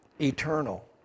eternal